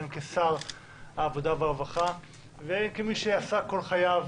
הן כשר העבודה והרווחה והן כמי שעסק כל חייו